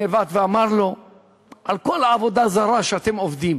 נבט ואמר לו על כל העבודה הזרה שאתם עובדים.